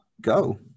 go